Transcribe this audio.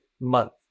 month